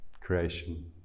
creation